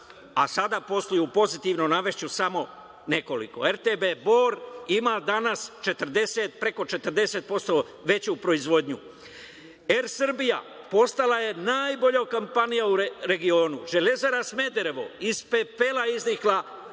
a sada posluju pozitivno. Navešću samo nekoliko: RTB Bor ima danas preko 40% veću proizvodnju, „Er Srbija“ postala je najbolja kompanija u regionu, „Železara Smederevo“ iznikla